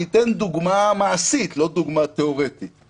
לא כתוב בהצעת החוק שחייבים לחפש דווקא את השרים הפחות עסוקים.